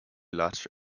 large